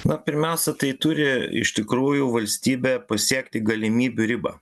na pirmiausia tai turi iš tikrųjų valstybė pasiekti galimybių ribą